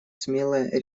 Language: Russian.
смелая